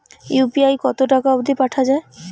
UPI কতো টাকা অব্দি পাঠা যায়?